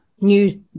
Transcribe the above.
new